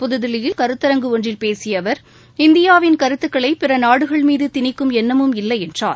புதுதில்லியில் கருத்தரங்கு ஒன்றில் பேசிய அவர் இந்தியாவின் கருத்துக்களை பிற நாடுகள் மீது திணிக்கும் எண்ணமும் இல்லை என்றார்